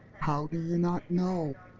how do you not know!